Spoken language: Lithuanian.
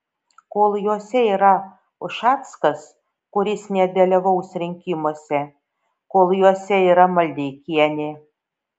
kol jose yra ušackas kuris nedalyvaus rinkimuose kol juose yra maldeikienė